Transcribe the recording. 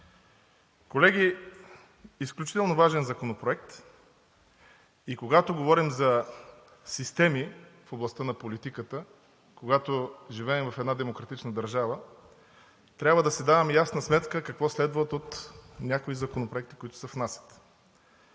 Колеги, изключително важен законопроект и когато говорим за системи в областта на политиката, когато живеем в една демократична държава, трябва да си даваме ясна сметка какво следва от някои законопроекти, които се внасят.